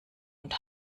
und